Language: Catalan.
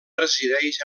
resideix